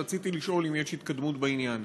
רציתי לשאול אם יש התקדמות בעניין.